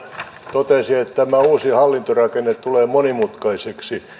totesi että tämä uusi hallintorakenne tulee monimutkaiseksi